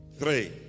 Three